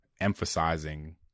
emphasizing